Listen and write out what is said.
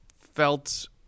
felt